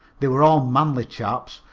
they were all manly chaps,